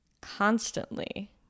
constantly